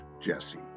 Jesse